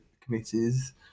committees